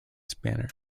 spanner